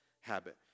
habit